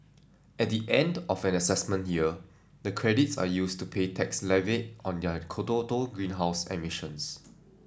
at the end of an assessment year the credits are used to pay tax levied on their greenhouse emissions